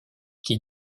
qui